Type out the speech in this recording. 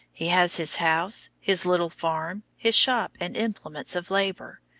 he has his house, his little farm, his shop and implements of labor,